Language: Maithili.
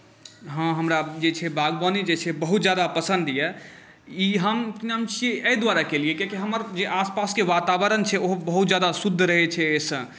हँ हमरा जे छै बागवानी जे छै बहुत ज्यादा पसन्द अइ ई हम कि नाम छी एहि दुआरे केलिए कियाकि हमर जे आसपासके वातावरण छै ओहो बहुत ज्यादा शुद्ध रहै छै एहिसँ